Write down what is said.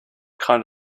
kind